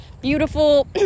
beautiful